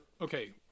okay